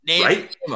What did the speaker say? right